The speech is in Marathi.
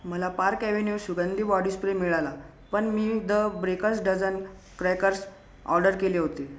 मला पार्क ॲव्हेन्यू सुगंधी बॉडी स्प्रे मिळाला पण मी the breakers dozen crackers order केले होते